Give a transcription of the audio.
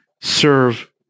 serve